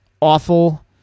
awful